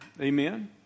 Amen